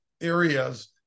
areas